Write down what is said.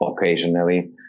occasionally